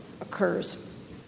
occurs